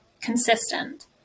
consistent